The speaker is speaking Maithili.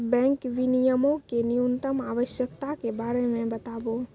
बैंक विनियमो के न्यूनतम आवश्यकता के बारे मे बताबो